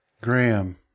Graham